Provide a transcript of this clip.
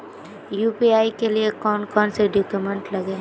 UPI के लिए कौन कौन से डॉक्यूमेंट लगे है?